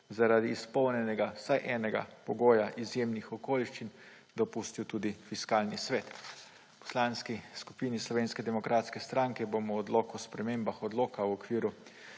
zaradi izpolnjenega vsaj enega pogoja izjemnih okoliščin dopustil tudi Fiskalni svet. V Poslanski skupini Slovenske demokratske stranke bomo odlok o spremembah Odloka o okviru